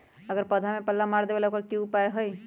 अगर पौधा में पल्ला मार देबे त औकर उपाय का होई?